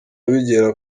bigera